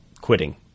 quitting